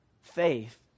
faith